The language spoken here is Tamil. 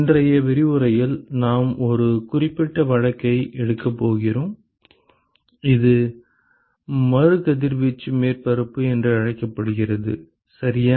இன்றைய விரிவுரையில் நாம் ஒரு குறிப்பிட்ட வழக்கை எடுக்கப் போகிறோம் இது மறு கதிர்வீச்சு மேற்பரப்பு என்று அழைக்கப்படுகிறது சரியா